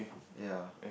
ya